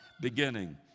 beginning